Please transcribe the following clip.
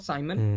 Simon